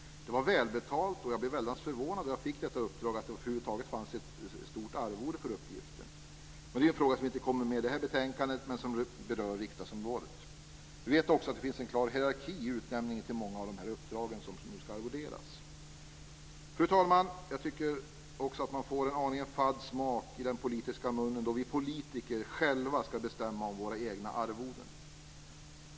Det var välbetalt, och jag blev förvånad när jag fick uppdraget att det över huvud taget fanns ett stort arvode för uppgiften. Det är en fråga som inte kommer med i det här betänkandet, men som berör riksdagsområdet. Vi vet också att det finns en klar hierarki i utnämningen till många av de uppdrag som nu ska arvoderas. Fru talman! Jag tycker också att man får en aning fadd smak i den politiska munnen då vi politiker själva ska bestämma om våra egna arvoden.